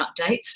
updates